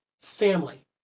family